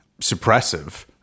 suppressive